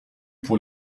pour